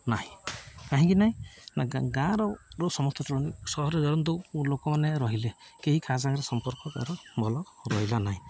ନାହିଁ କାହିଁକି ନାହିଁ ନା ଗାଁର ସମସ୍ତ ସହରରେ ଧରନ୍ତୁ ଲୋକମାନେ ରହିଲେ କେହି କାହା ସାଙ୍ଗରେ ସମ୍ପର୍କ ତାର ଭଲ ରହିଲା ନାହିଁ